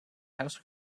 house